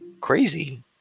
crazy